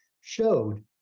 showed